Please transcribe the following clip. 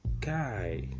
guy